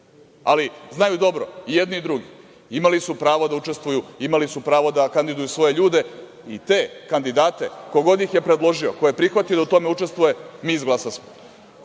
nikada. Znaju dobro i jedni i drugi, imali su pravo da učestvuju, da kandiduju svoje ljude i te kandidate, ko god da ih je predložio, ko je prihvatio da u tome učestvuje, mi izglasasmo.U